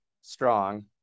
Strong